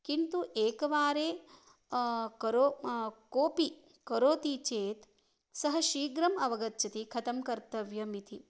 किन्तु एकवारे करोति कोपि करोति चेत् सः शीघ्रम् अवगच्छति कथं कर्तव्यम् इति